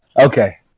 Okay